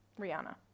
Rihanna